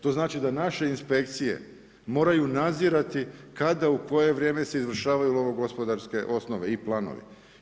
To znači da naše inspekcije moraju nadzirati kada u koje vrijeme se izvršavaju lovnogospodarske osnove i planovi.